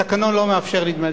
התקנון לא מאפשר לי.